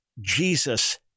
Jesus